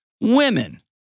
women